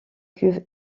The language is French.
cuves